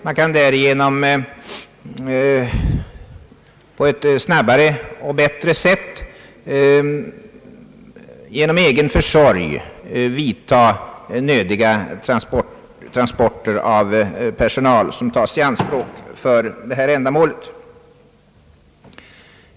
Vi kan då på ett snabbare och bättre sätt genom egen försorg vidtaga nödiga transporter av personal som tas i anspråk för detta ändamål.